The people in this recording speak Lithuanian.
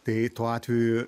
tai tuo atveju